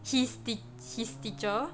he's he's teach~ he's teacher